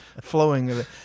flowing